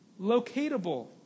locatable